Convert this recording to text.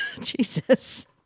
Jesus